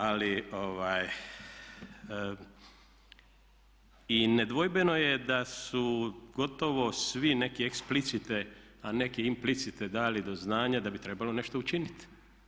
Ali i nedvojbeno je da su gotovo svi neki eksplicite a neki implicite dali do znanja da bi trebalo nešto učiniti.